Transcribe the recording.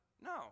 No